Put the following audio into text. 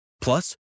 Plus